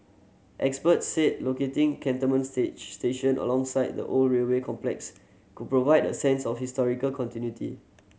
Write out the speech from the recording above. experts said locating Cantonment station alongside the old railway complex could provide a sense of historical continuity